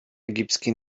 egipski